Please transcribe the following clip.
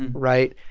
and right?